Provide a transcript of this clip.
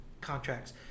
contracts